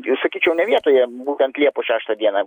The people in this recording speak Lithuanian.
ir sakyčiau ne vietoje būtent liepos šeštą dieną